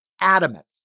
adamant